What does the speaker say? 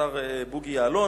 השר בוגי יעלון,